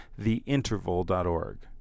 theinterval.org